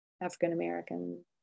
African-American